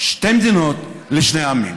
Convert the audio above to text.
שתי מדינות לשני עמים.